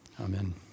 amen